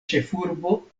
ĉefurbo